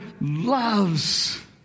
loves